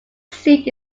seat